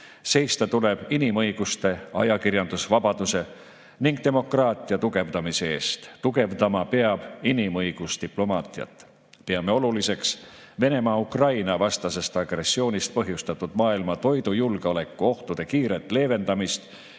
Seista tuleb inimõiguste, ajakirjandusvabaduse ning demokraatia tugevdamise eest. Tugevdama peab inimõigusdiplomaatiat. Peame oluliseks Venemaa Ukraina-vastasest agressioonist põhjustatud maailma toidujulgeoleku ohtude kiiret leevendamist